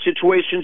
situations